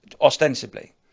ostensibly